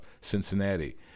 cincinnati